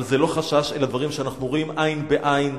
אבל זה לא חשש, אלה דברים שאנחנו רואים עין בעין.